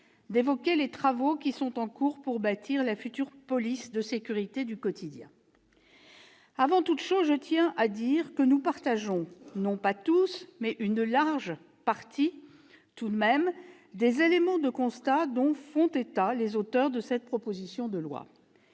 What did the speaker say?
d'évoquer les travaux qui sont en cours pour bâtir la future police de sécurité du quotidien. Avant toute chose, je tiens à dire que nous partageons, non pas tous, mais une large partie des éléments de constat dont font état les auteurs de cette proposition de loi.